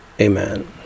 Amen